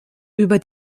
über